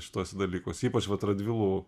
šituose dalykuos ypač vat radvilų